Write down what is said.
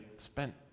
spent